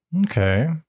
Okay